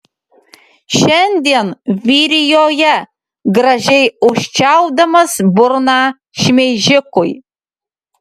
šiandien vyrijoje gražiai užčiaupdamas burną šmeižikui